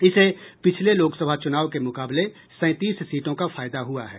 इसे पिछले लोकसभा चुनाव के मुकाबले सैंतीस सीटों का फायदा हुआ है